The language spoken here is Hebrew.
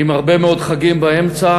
עם הרבה מאוד חגים באמצע,